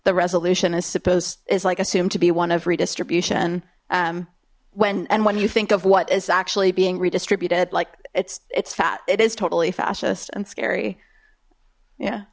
the resolution is suppose is like assume to be one of redistribution when and when you think of what is actually being redistributed like it's it's fat it is totally fascist and scary yeah